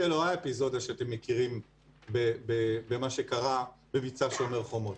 זה לא האפיזודה שאתם מכירים במה שקרה במבצע שומר חומות.